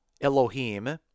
Elohim